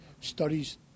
Studies